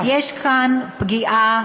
יש כאן פגיעה